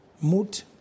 mood